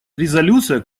резолюция